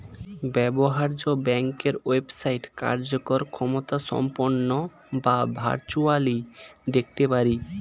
ব্যবহার্য ব্যাংকের ওয়েবসাইট কার্যকর ক্ষমতাসম্পন্ন যা ভার্চুয়ালি দেখতে পারি